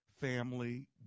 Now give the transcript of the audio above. family